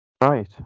Right